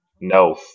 No